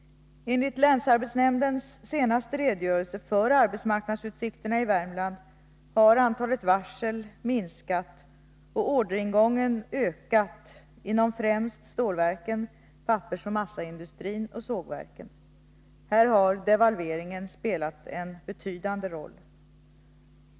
Enligt länsarbetsnämndens senaste redogörelse för arbetsmarknadsutsikterna i Värmland har antalet varsel minskat och orderingången ökat inom främst stålverken, pappersoch massaindustrin och sågverken. Här har devalveringen spelat en betydande roll.